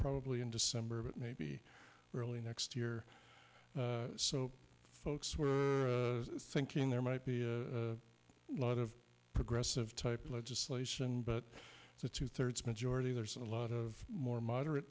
probably in december but maybe early next year so folks we're thinking there might be a lot of progressive type legislation but it's a two thirds majority there's a lot of more moderate